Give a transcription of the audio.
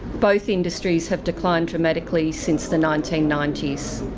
both industries have declined dramatically since the nineteen ninety s.